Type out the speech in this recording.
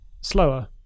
slower